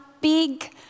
big